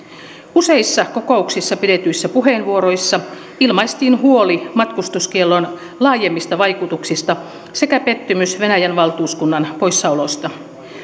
useissa kokouksessa pidetyissä puheenvuoroissa ilmaistiin huoli matkustuskiellon laajemmista vaikutuksista sekä pettymys venäjän valtuuskunnan poissaolosta